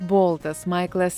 boltas maiklas